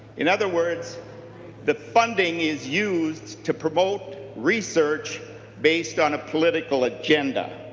in other words the funding is used to promote research based on a political agenda.